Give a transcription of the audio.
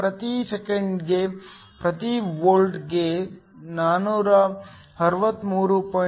ಪ್ರತಿ ಸೆಕೆಂಡಿಗೆ ಪ್ರತಿ ವೋಲ್ಟ್ಗೆ 463